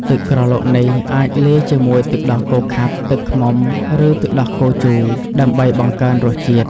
ទឹកក្រឡុកនេះអាចលាយជាមួយទឹកដោះគោខាប់ ទឹកឃ្មុំ ឬទឹកដោះគោជូរ ដើម្បីបង្កើនរសជាតិ។